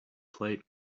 plate